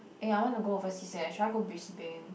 eh I want to go overseas eh should I go Brisbane